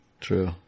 True